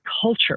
culture